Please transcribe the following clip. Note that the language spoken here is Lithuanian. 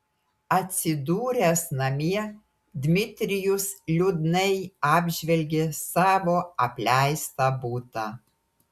atsidūręs namie dmitrijus liūdnai apžvelgė savo apleistą butą